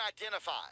identified